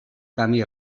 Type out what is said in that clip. camí